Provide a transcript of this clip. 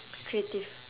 creative